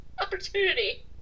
opportunity